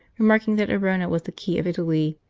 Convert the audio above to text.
remarking that arona was the key of italy,